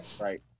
Right